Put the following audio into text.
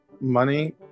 money